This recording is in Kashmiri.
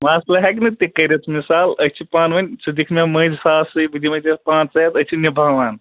مَسلہٕ ہٮ۪کہِ نہٕ تہِ کٔرِتھ مِثال أسۍ چھِ پانہٕ وٕنۍ ژٕ دِکھ مےٚ مٔنٛزۍ ساسٕے بہٕ دِمٕے ژےٚ پانٛژے ہتھ أسۍ چھِ نِباوان